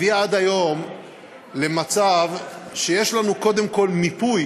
הביאה עד היום למצב שיש לנו קודם כול מיפוי